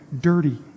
dirty